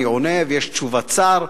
אני עונה ויש תשובת שר,